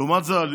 לעומת זה,